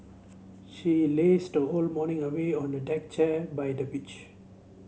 she lazed the whole morning away on a deck chair by the beach